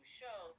show